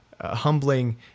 humbling